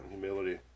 Humility